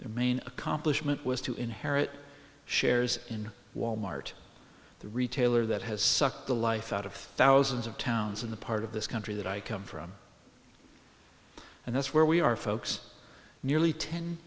their main accomplishment was to inherit shares in wal mart the retailer that has sucked the life out of thousands of towns in the part of this country that i come from and that's where we are folks nearly ten